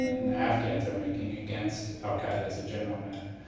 and the afghans are making against al qaeda as a general matter.